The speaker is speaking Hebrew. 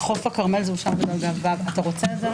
בחוף הכרמל זה אושר --- אתה רוצה את זה?